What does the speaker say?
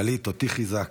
גלית, אותי חיזקת.